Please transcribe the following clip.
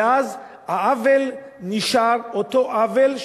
ואז העוול נשאר אותו עוול,